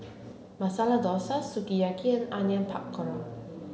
Masala Dosa Sukiyaki and Onion Pakora